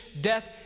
death